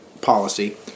policy